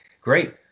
great